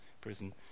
prison